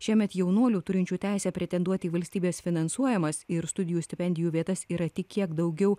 šiemet jaunuolių turinčių teisę pretenduot į valstybės finansuojamas ir studijų stipendijų vietas yra tik kiek daugiau